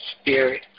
spirit